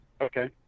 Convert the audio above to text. Okay